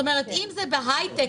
אם זה בהייטק,